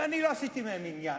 ואני לא עשיתי מהן עניין.